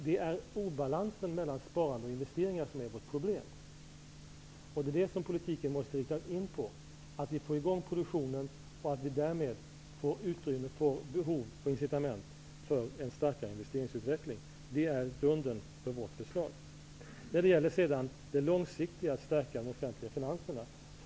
Det är obalansen mellan sparande och investeringar som är problemet. Politiken måste riktas in på att få i gång produktionen och därmed få utrymme för behov som incitament för en starkare investeringsutveckling. Det är grunden för vårt förslag. Vidare har vi det långsiktiga förstärkandet av de offentliga finanserna.